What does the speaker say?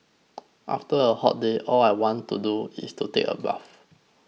after a hot day all I want to do is to take a bath